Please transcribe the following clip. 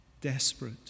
desperate